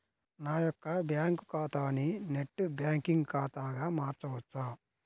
నా యొక్క బ్యాంకు ఖాతాని నెట్ బ్యాంకింగ్ ఖాతాగా మార్చవచ్చా?